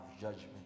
judgment